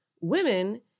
Women